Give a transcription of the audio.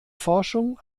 forschung